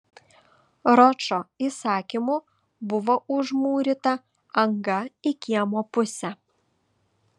ročo įsakymu buvo užmūryta anga į kiemo pusę